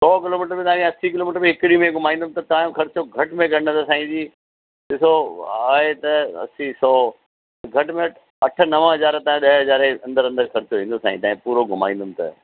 सौ किलोमीटर बि तव्हांखे असी किलोमीटर बि हिकु ॾींहुं में घुमाईंदुमि त तव्हांजो ख़र्चो घटि में घटि न त साई जी ॾिसो आहे त असी सौ घटि में घटि अठ नव हज़ार त ॾह हज़ार जे अंदरि अंदरि ख़र्चो ईंदो साईं तव्हांखे पूरो घुमाईंदुमि त